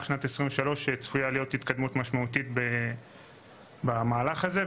שנת 23' צפויה להיות התקדמות משמעותית במהלך הזה.